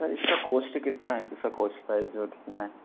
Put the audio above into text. sir इसका cost कितना है इसका कॉस्ट प्राइस कितना